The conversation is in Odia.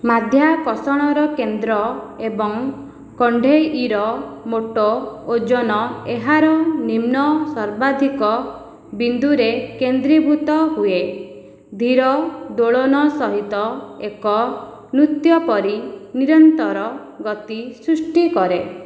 ମାଧ୍ୟାକର୍ଷଣର କେନ୍ଦ୍ର ଏବଂ କଣ୍ଢେଇର ମୋଟ ଓଜନ ଏହାର ନିମ୍ନ ସର୍ବାଧିକ ବିନ୍ଦୁରେ କେନ୍ଦ୍ରୀଭୂତ ହୁଏ ଧୀର ଦୋଳନ ସହିତ ଏକ ନୃତ୍ୟ ପରି ନିରନ୍ତର ଗତି ସୃଷ୍ଟି କରେ